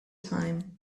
time